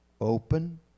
open